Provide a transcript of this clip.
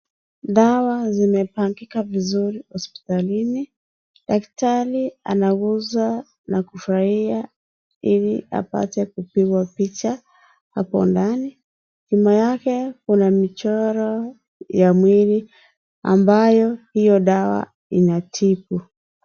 Dawa zimepangika vizuri hospitalini. Daktari anaguza na kufurahia ili apate kupigwa picha hapo ndani. Nyuma yake, kuna michoro ya mwili ambayo hiyo dawa inatibu.